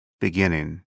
beginning